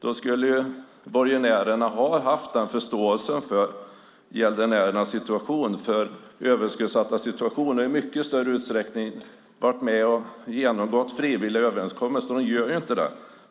Då skulle borgenärerna ha haft förståelse för gäldenärernas situation, för de överskuldsattas situation, och i mycket större utsträckning ha träffat frivilliga överenskommelser. De gör inte det.